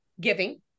giving